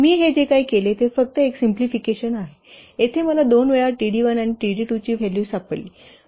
मी हे जे काही केले ते फक्त एक सिम्पलीफिकेशन आहे येथे मला 2 वेळा t d 1 आणि t d 2 ची व्हॅल्यू सापडली